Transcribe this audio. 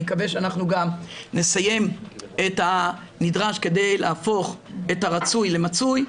מקווה שאנחנו גם נסיים את הנדרש כדי להפוך את הרצוי למצוי,